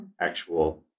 actual